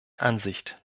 ansicht